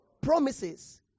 promises